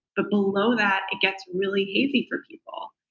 but blow that it gets really hazy for people.